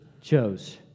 chose